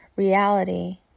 Reality